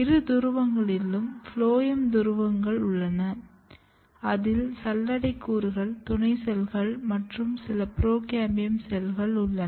இரு துருவங்களில் ஃபுளோயம் துருவங்கள் உள்ளன அதில் சல்லடை கூறுகள் துணை செல்கள் மற்றும் சில புரோகேம்பியம் செல்கள் உள்ளன